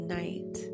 night